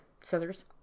scissors